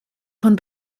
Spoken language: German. von